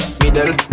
middle